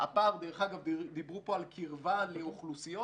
דיברו פה על קירבה לאוכלוסיות,